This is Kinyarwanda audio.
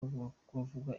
bavuga